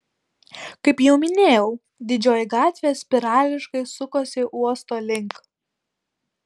kaip jau minėjau didžioji gatvė spirališkai sukosi uosto link